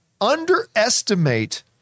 underestimate